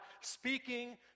speaking